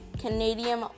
Canadian